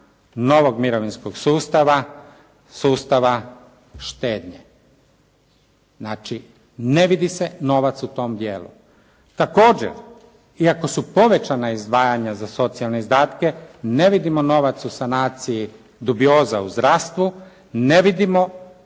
novog mirovinskog sustava, sustava štednje. Znači, ne vidi se novac u tom dijelu. Također, iako su povećanja izdvajanja za socijalne izdatke, ne vidimo novac u sanaciji dubioza u zdravstvu, ne vidimo